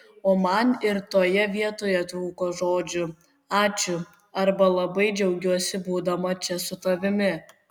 o man ir toje vietoje trūko žodžių ačiū arba labai džiaugiuosi būdama čia su tavimi